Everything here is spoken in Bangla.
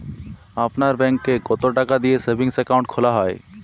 আপনার ব্যাংকে কতো টাকা দিয়ে সেভিংস অ্যাকাউন্ট খোলা হয়?